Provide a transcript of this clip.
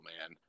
man